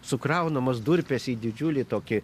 sukraunamos durpės į didžiulį tokį